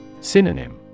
Synonym